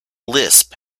lisp